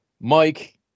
Mike